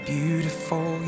beautiful